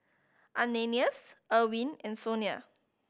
Ananias Irwin and Sonia